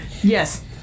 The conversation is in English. Yes